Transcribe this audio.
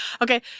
okay